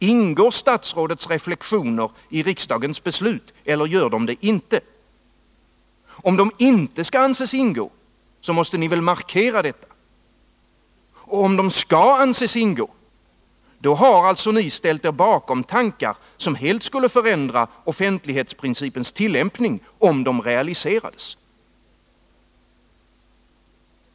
Ingår statsrådets reflexioner i riksdagens beslut eller gör de det inte? Om de inte skall anses ingå, så måste ni väl markera detta. Och om de skall anses ingå — då har alltså ni ställt er bakom tankar som helt skulle förändra offentlighetsprincipens tillämpning, om de realiserades.